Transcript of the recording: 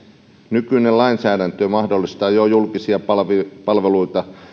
nykyinen lainsäädäntö mahdollistaa jo julkisia palveluita palveluita